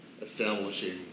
establishing